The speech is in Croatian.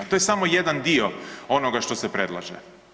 To je samo jedan dio onoga što se predlaže.